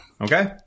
Okay